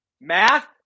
math